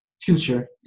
future